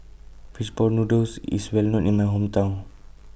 Fish Ball Noodles IS Well known in My Hometown